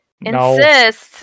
Insist